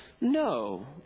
no